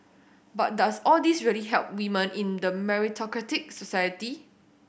but does all this really help women in the meritocratic society